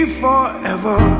forever